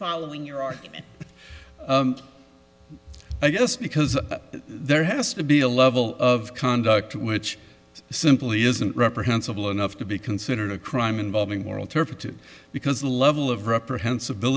following your argument i guess because there has to be a level of conduct which simply isn't reprehensible enough to be considered a crime involving moral turpitude because the level of reprehensible